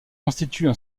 constituent